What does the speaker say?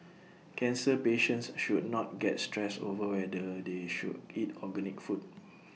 cancer patients should not get stressed over whether they should eat organic food